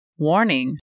Warning